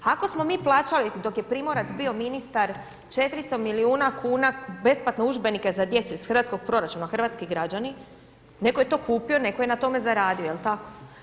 Ako smo mi plaćali, dok je Primorac bio ministar, 400 milijuna kuna besplatno udžbenike za djecu iz hrvatskog proračuna, hrvatski građani, netko je to kupio, netko je na tome zaradio, jel tako?